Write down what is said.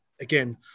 Again